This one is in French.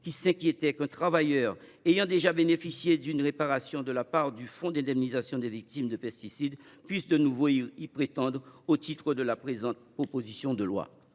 qui s’inquiétait du fait qu’un travailleur ayant déjà bénéficié d’une réparation au titre du fonds d’indemnisation des victimes de pesticides (FIVP) puisse de nouveau y prétendre au titre de la présente proposition de loi.